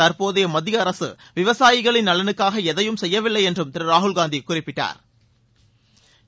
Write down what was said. தற்போதைய மத்திய அரசு விவசாயிகளின் நலனுக்காக எதையும் செய்யவில்லை என்றும் திரு ராகுல் காந்தி குறிப்பிட்டாள்